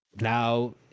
now